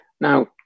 Now